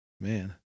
man